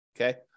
Okay